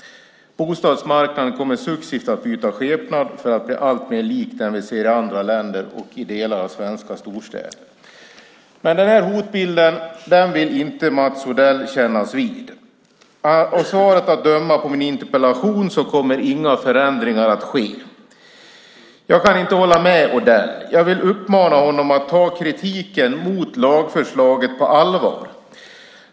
Bostadsmarknaden kommer successivt att byta skepnad för att bli alltmer lik den vi ser i andra länder och i delar av svenska storstäder. Denna hotbild vill Mats Odell inte kännas vid. Av svaret på min interpellation att döma kommer inga förändringar att ske. Jag kan inte hålla med Odell. Jag vill uppmana honom att ta kritiken mot lagförslaget på allvar.